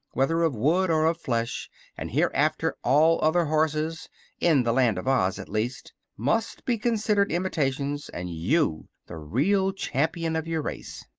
whether of wood or of flesh and hereafter all other horses in the land of oz, at least must be considered imitations, and you the real champion of your race.